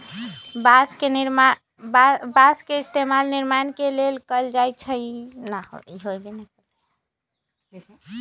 बास के इस्तेमाल निर्माण के लेल कएल जाई छई